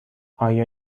آیا